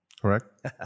Correct